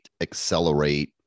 accelerate